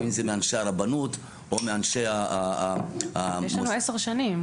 אם זה מאנשי הרבנות --- יש לנו עשר שנים,